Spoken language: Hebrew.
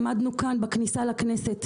עמדנו כאן בכניסה לכנסת,